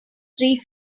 three